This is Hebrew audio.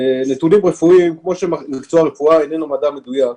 רפואיים כמו שמקצוע הרפואה איננו מדע מדויק,